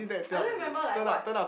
I don't remember like what